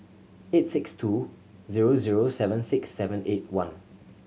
eight six two zero zero seven six seven eight one